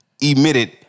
Emitted